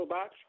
Box